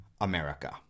America